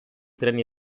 treni